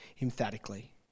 emphatically